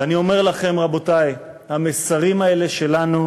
ואני אומר לכם, רבותי, המסרים האלה שלנו,